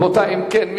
אם כן,